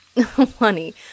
Honey